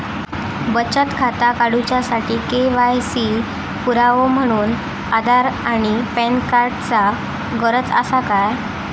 बचत खाता काडुच्या साठी के.वाय.सी पुरावो म्हणून आधार आणि पॅन कार्ड चा गरज आसा काय?